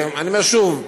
אני אומר שוב: